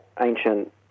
ancient